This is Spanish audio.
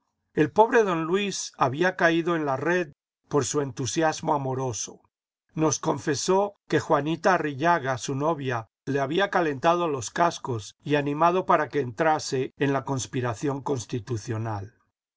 el pobre don luis había caído en la red por su entusiasmo amoroso nos confesó que juanita arrillaga su novia le había calentado los cascos y animado para que entrase en la conspiración constitucional